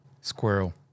Squirrel